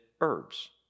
herbs